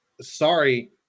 Sorry